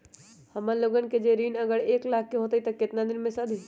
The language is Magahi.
हमन लोगन के जे ऋन अगर एक लाख के होई त केतना दिन मे सधी?